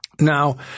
Now